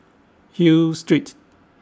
Hill Street